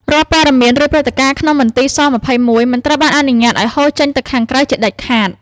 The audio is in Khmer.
រាល់ព័ត៌មាន ឬព្រឹត្តិការណ៍ក្នុងមន្ទីរស-២១ មិនត្រូវបានអនុញ្ញាតឱ្យហូរចេញទៅខាងក្រៅជាដាច់ខាត។